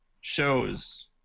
shows